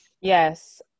Yes